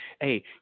hey